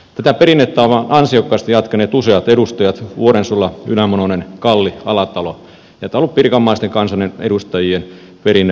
tätä perinnettä ovat ansiokkaasti jatkaneet useat edustajat vuorensola ylä mononen kalli alatalo ja tämä on ollut pirkanmaalaisten kansanedustajien perinnepuheen paikka